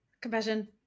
Compassion